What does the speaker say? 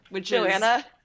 Joanna